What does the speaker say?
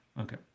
Okay